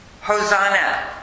Hosanna